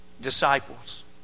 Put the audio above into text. Disciples